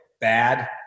bad